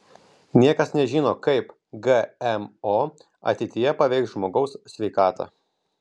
niekas nežino kaip gmo ateityje paveiks žmogaus sveikatą